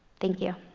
thank you.